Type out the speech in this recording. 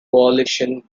coalition